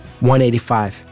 185